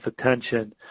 attention